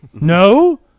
No